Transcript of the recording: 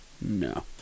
No